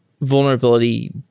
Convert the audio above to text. vulnerability